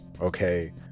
okay